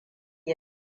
yi